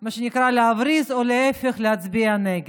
מה שנקרא להבריז או להפך, להצביע נגד.